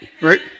right